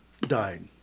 died